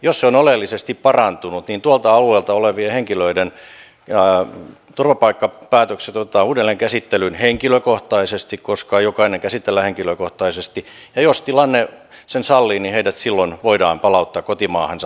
jos se on oleellisesti parantunut niin tuolta alueelta olevien henkilöiden turvapaikkapäätökset otetaan uudelleen käsittelyyn henkilökohtaisesti koska jokainen käsitellään henkilökohtaisesti ja jos tilanne sen sallii niin heidät silloin voidaan palauttaa kotimaahansa